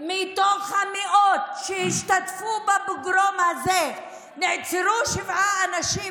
מתוך המאות שהשתתפו בפוגרום הזה נעצרו שבעה אנשים